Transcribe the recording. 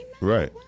Right